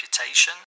reputation